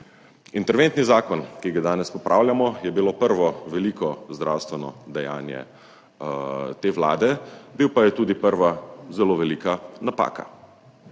Interventni zakon, ki ga danes popravljamo, je bil prvo veliko zdravstveno dejanje te vlade, bil pa je tudi prva zelo velika napaka.